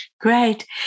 Great